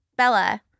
Bella